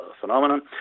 phenomenon